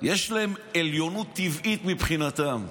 יש עליונות טבעית מבחינתם,